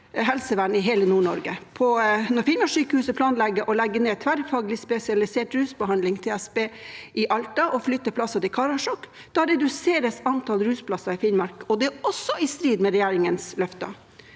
helsevern i hele Nord-Norge. Når Finnmarkssykehuset planlegger å legge ned tverrfaglig spesialisert rusbehandling, TSB, i Alta og flytte plasser til Karasjok, reduseres antall rusplasser i Finnmark. Det er også i strid med regjeringens løfter.